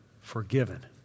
forgiven